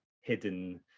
hidden